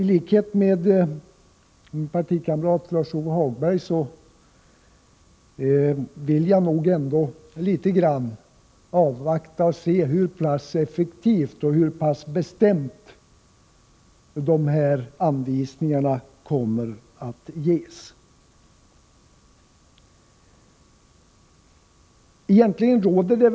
I likhet med min partikamrat Lars-Ove Hagberg vill jag ändå avvakta hur pass effektivt och hur pass bestämt de här anvisningarna kommer att utformas innan jag bedömer dem.